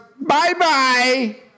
Bye-bye